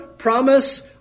Promise